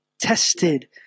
tested